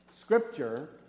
scripture